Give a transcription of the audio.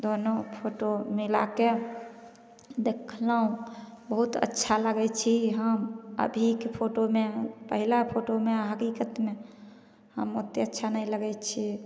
दोनो फोटो मिलाके देखलहुॅं बहुत अच्छा लगै छी हम अभीके फोटोमे पहलेके फोटोमे हकीकतमे हम ओत्ते अच्छा नै लगै छी